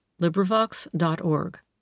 LibriVox.org